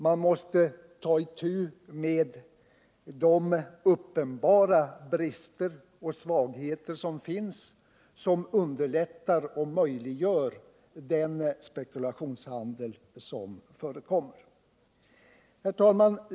Vi måste ta itu med de uppenbara brister och svagheter som underlättar och möjliggör den spekulationshandel som förekommer. Herr talman!